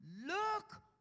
look